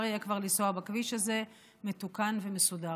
יהיה כבר לנסוע בכביש הזה מתוקן ומסודר.